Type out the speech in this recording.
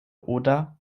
oder